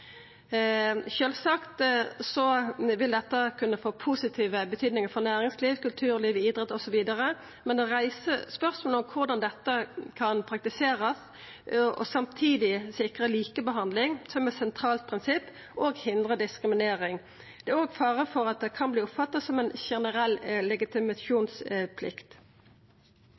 Sjølvsagt vil dette kunna få positiv betydning for næringsliv, kulturliv, idrett osv., men det reiser spørsmål om korleis dette kan praktiserast og samtidig sikra likebehandling og hindra diskriminering som eit sentralt prinsipp. Det er òg fare for at det kan verta oppfatta som ei generell legitimasjonsplikt.